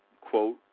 quote